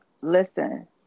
listen